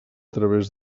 través